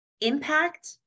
impact